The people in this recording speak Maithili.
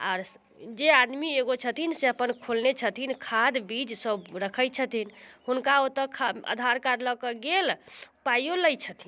आर जे आदमी एगो छथिन से अपन खोलने छथिन खाद बीज सभ रखै छथिन हुनका ओतऽ खा आधार कार्ड लऽ कऽ गेल पाइयो लै छथिन